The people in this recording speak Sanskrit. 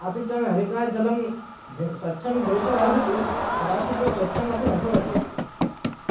अपि च नलिकाजलं भि स्वच्छं भवितुमर्हति कदाचित् स्वच्छमपि न भवति